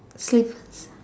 slippers